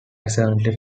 certainly